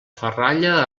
ferralla